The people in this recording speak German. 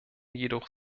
jedoch